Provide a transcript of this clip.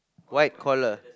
white collar